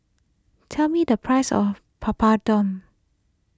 tell me the price of Papadum